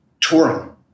touring